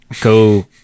go